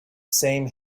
same